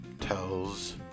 tells